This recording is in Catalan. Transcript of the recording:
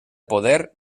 poder